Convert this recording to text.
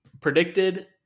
predicted